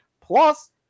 Plus